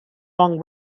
long